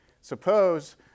suppose